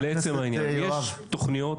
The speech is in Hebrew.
לעצם העניין, יש תוכניות